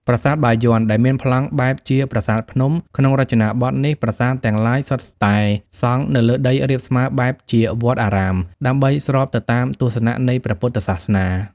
ប្រាសាទបាយ័ន ដែលមានប្លង់បែបជាប្រាសាទភ្នំ ក្នុងរចនាបថនេះ ប្រាសាទទាំងឡាយ សុទ្ធតែសង់នៅលើដីរាបស្មើបែបជាវត្តអារាម ដើម្បីស្របទៅតាមទស្សនៈ នៃព្រះពុទ្ធសាសនា ។